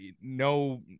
no